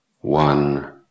One